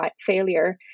failure